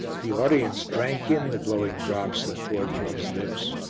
the audience drank in the glowing drops that poured from his lips,